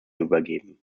übergeben